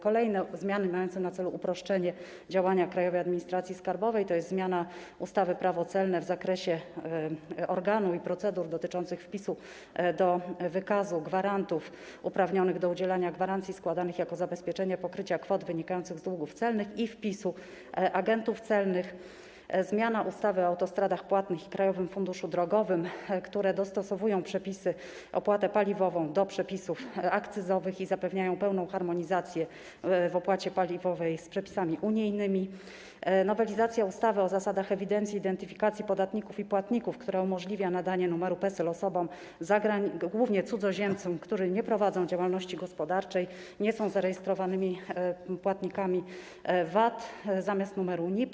Kolejne zmiany mające na celu uproszczenie działania Krajowej Administracji Skarbowej to zmiana ustawy - Prawo celne w zakresie właściwego organu i procedur dotyczących prowadzenia wykazu gwarantów uprawnionych do udzielania gwarancji składanych jako zabezpieczenie pokrycia kwot wynikających z długów celnych i wpisu agentów celnych, dalej, zmiana ustawy o autostradach płatnych i Krajowym Funduszu Drogowym dostosowująca przepisy regulujące opłatę paliwową do przepisów akcyzowych i zapewniająca pełną harmonizację przepisów o opłacie paliwowej z przepisami unijnymi, następnie nowelizacja ustawy o zasadach ewidencji i identyfikacji podatników i płatników, która umożliwia nadanie numeru PESEL osobom, głównie cudzoziemcom, nieprowadzącym działalności gospodarczej, niebędącym zarejestrowanymi podatnikami VAT, zamiast numeru NIP.